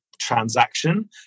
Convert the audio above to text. transaction